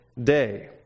day